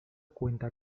cuenta